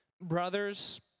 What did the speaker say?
Brothers